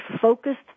focused